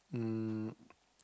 um